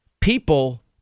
people